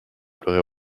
pleurer